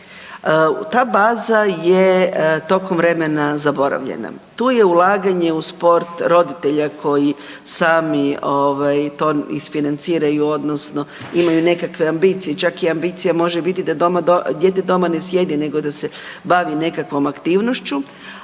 ta baza je tokom vremena zaboravljena. Tu je ulaganje u sport roditelja koji sami to isfinanciraju odnosno imaju nekakve ambicije, čak i ambicija može biti da dijete doma ne sjeti nego da se bavi nekakvom aktivnošću,